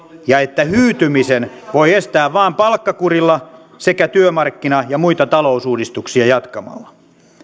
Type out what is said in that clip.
ja että hyytymisen voi estää vain palkkakurilla sekä työmarkkina ja muita talousuudistuksia jatkamalla